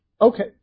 Okay